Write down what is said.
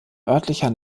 örtlicher